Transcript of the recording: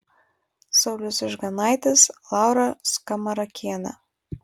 saulius ižganaitis laura skamarakienė